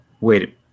Wait